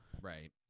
right